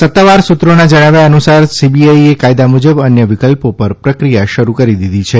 સત્તાવાર સુત્રોના જણાવ્યા અનુસાર સીબીઆઇ એ કાયદા મુજબ અન્ય વિકલ્પો પર પ્રક્રિયા શરૂ કરી દીધી છે